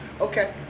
okay